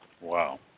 Wow